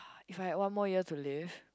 if I have one more year to live